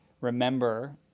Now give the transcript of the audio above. remember